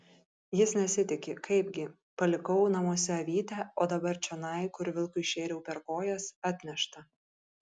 jis nesitiki kaipgi palikau namuose avytę o dabar čionai kur vilkui šėriau per kojas atnešta